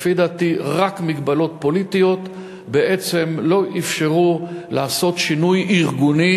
לפי דעתי רק מגבלות פוליטיות בעצם לא אפשרו לעשות שינוי ארגוני